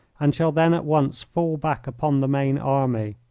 and shall then at once fall back upon the main army.